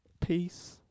Peace